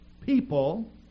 people